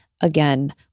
Again